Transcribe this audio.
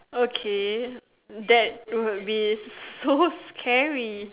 okay that would be so scary